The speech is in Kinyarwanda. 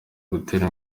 gutera